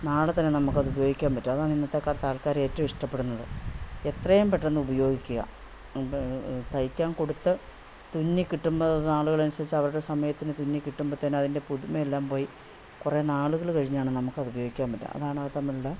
നാളെ തന്നെ നമുക്ക് അത് ഉപയോഗിക്കാൻ പാട്ടും അതാണ് ഇന്നത്തെ കാലത്താൾക്കാരേറ്റോം ഇഷ്ടപ്പെടുന്നത് എത്രയും പെട്ടെന്ന് ഉപയോഗിക്കുക തയ്ക്കാൻ കൊടുത്ത് തുന്നി കിട്ടുമ്പം അത് നാളുകൾ അനുസരിച്ച് അവരുടെ സമയത്തിന് തുന്നി കിട്ടുമ്പം തന്നെ അതിൻ്റെ പുതുമ എല്ലാം പോയി കുറെ നാളുകൾ കഴിഞ്ഞാണ് നമുക്ക് അത് ഉപയോഗിക്കാൻ പറ്റുക അതാണ് അത് തമ്മിലുള്ള